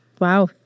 Wow